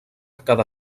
cada